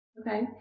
Okay